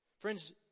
friends